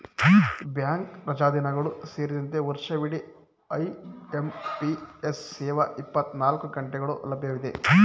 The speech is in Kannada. ಬ್ಯಾಂಕ್ ರಜಾದಿನಗಳು ಸೇರಿದಂತೆ ವರ್ಷವಿಡಿ ಐ.ಎಂ.ಪಿ.ಎಸ್ ಸೇವೆ ಇಪ್ಪತ್ತನಾಲ್ಕು ಗಂಟೆಗಳು ಲಭ್ಯವಿದೆ